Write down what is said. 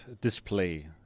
display